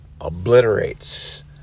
obliterates